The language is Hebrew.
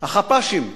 החפ"שים,